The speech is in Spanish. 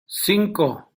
cinco